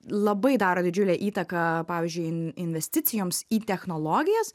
labai daro didžiulę įtaką pavyzdžiui in investicijoms į technologijas